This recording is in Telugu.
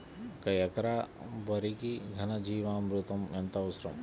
ఒక ఎకరా వరికి ఘన జీవామృతం ఎంత అవసరం?